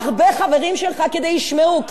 כי מה, כי כואב לכם לשמוע את זה?